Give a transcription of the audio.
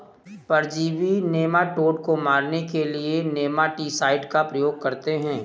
परजीवी नेमाटोड को मारने के लिए नेमाटीसाइड का प्रयोग करते हैं